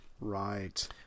Right